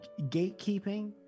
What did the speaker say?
gatekeeping